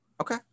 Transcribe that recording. Okay